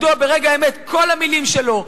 מדוע ברגע האמת כל המלים שלו,